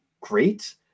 great